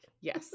Yes